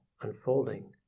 unfolding